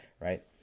right